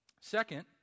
Second